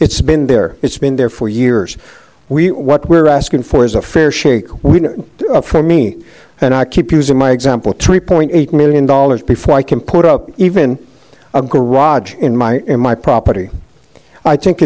it's been there it's been there for years we what we're asking for is a fair shake we know for me and i keep using my example tree point eight million dollars before i can put up even a garage in my in my property i think